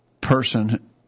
person